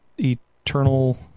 Eternal